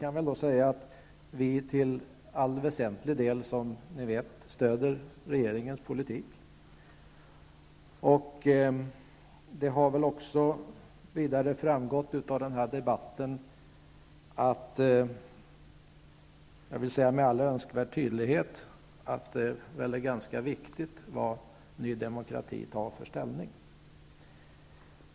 Det beror på att vi till väsentlig del, som ni vet, stöder regeringens politik. Av debatten har väl med all önskvärd tydlighet framgått att det är ganska viktigt vad Ny Demokrati intar för ställning.